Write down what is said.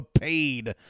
paid